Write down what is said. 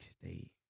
state